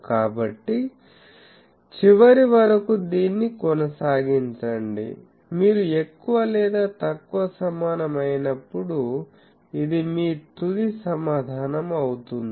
కాబట్టి చివరి వరకు దీన్ని కొనసాగించండి మీరు ఎక్కువ లేదా తక్కువ సమానం అయినప్పుడు ఇది మీ తుది సమాధానం అవుతుంది